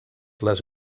les